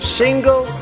single